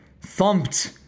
thumped